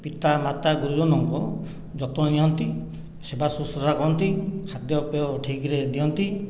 ପିତାମାତା ଗୁରୁଜନଙ୍କ ଯତ୍ନ ନିଅନ୍ତି ସେବା ଶୁଶ୍ରୁଷା କରନ୍ତି ଖାଦ୍ୟପେୟ ଠିକରେ ଦିଅନ୍ତି